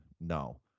no